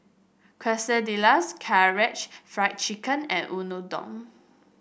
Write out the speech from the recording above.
Quesadillas Karaage Fried Chicken and Unadon